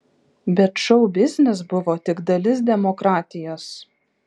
bet šou biznis buvo tik dalis demokratijos